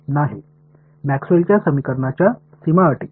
नाही मॅक्सवेलच्या समीकरणाच्या सीमा अटी